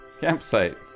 Campsite